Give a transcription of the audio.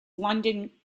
london